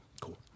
Cool